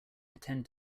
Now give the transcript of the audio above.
attend